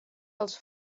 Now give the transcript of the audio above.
els